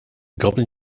goblin